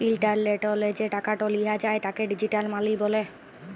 ইলটারলেটলে যে টাকাট লিয়া যায় তাকে ডিজিটাল মালি ব্যলে